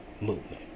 movement